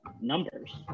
numbers